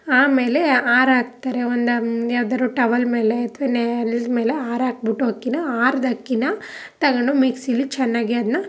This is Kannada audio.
ಆಮೇಲೆ ಹಾರಾಕ್ತಾರೆ ಒಂದು ಯಾವ್ದಾದ್ರು ಟವಲ್ ಮೇಲೆ ಅಥವಾ ನೆಲ್ದ ಮೇಲೆ ಹಾರಾಕ್ಬಿಟ್ಟು ಅಕ್ಕಿನ ಅರ್ದು ಅಕ್ಕಿನ ತಗೊಂಡು ಮಿಕ್ಸಿಲಿ ಚೆನ್ನಾಗಿ ಅದನ್ನ